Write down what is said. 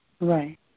Right